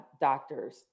doctors